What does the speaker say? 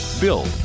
Build